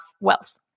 wealth